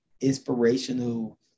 inspirational